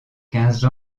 quinze